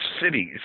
cities